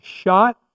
shot